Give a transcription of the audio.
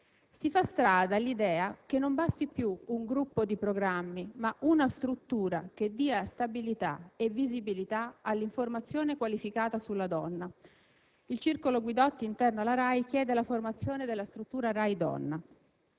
Si fa strada l'idea che non basti più un gruppo di programmi, ma una struttura che dia stabilità e visibilità all'informazione qualificata sulla donna: il circolo Guidotti, interno alla RAI, chiede la formazione della struttura «RAI Donna».